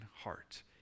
heart